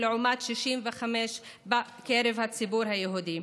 לעומת 65% בקרב הציבור היהודי.